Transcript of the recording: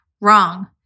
Wrong